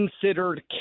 considered